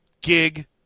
gig